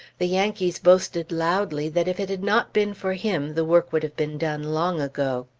the yankees boasted loudly that if it had not been for him, the work would have been done long ago.